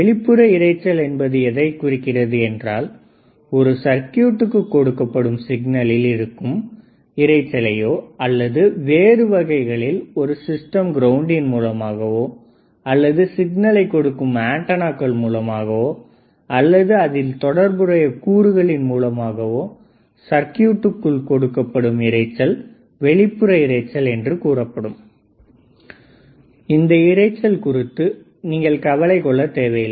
வெளிப்புற இரைச்சல் என்பது எதைக் குறிக்கிறது என்றால் ஒரு சர்க்யூட்டுக்கு கொடுக்கப்படும் சிக்னலில் இருக்கும் இரைச்சலயோ அல்லது வேறு வகைகளில் ஒரு சிஸ்டம் கிரவுண்டின் மூலமாகவோ அல்லது சிக்னலை கொடுக்கும் ஆன்டெனாக்கள் மூலமாகவோ அல்லது அதில் தொடர்புடைய கூறுகளின் மூலமாகவோ சர்க்யூட்டுகள் கொடுக்கப்படும் இரைச்சல் வெளிப்புற இரைச்சல் என்று கூறப்படும் இந்த இரைச்சல் குறித்து நீங்கள் கவலை கொள்ள தேவையில்லை